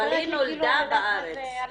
אבל היא נולדה בארץ.